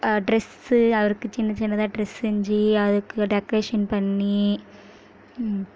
dress அவருக்கு சின்ன சின்னதாக டிரெஸ் செஞ்சு அதுக்கு டெக்ரேஷன் பண்ணி